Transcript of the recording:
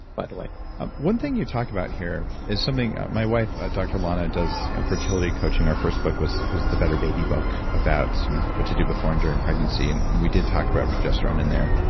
by the way one thing you talked about here is something my wife, dr. lana does fertility coaching. her first book was was the better baby book about you know what to do before and during pregnancy, and and we did talk about progesterone in there.